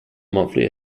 monthly